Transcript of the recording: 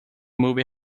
movie